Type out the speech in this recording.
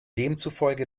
demzufolge